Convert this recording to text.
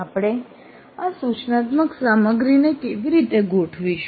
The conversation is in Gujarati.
આપણે આ સૂચનાત્મક સામગ્રીને કેવી રીતે ગોઠવીશું